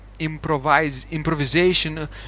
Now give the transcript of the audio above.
Improvisation